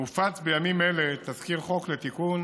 מופץ בימים אלה תזכיר חוק לתיקון